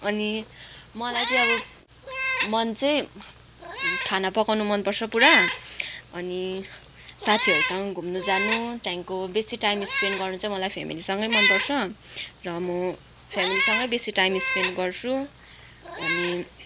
अनि मलाई चाहिँ अब मन चाहिँ खाना पकाउनु मनपर्छ पुरा अनि साथीहरूसँग घुम्नु जानु त्यहाँदेखिको बेसी टाइम स्पेन्ड गर्नु चाहिँ मलाई फ्यामिलीसँगै मनपर्छ र म फ्यामिलीसँगै बेसी टाइम स्पेन्ड गर्छु अनि